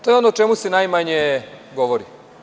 To je ono o čemu se najmanje govori.